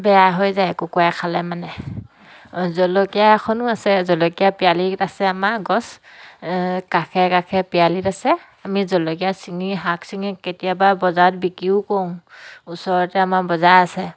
বেয়া হৈ যায় কুকুৰাই খালে মানে জলকীয়া এখনো আছে জলকীয়া পিৰালিত আছে আমাৰ গছ কাষে কাষে পিৰালিত আছে আমি জলকীয়া ছিঙি শাক ছিঙি কেতিয়াবা বজাৰত বিক্ৰীও কৰোঁ ওচৰতে আমাৰ বজাৰ আছে